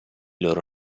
loro